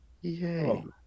Yay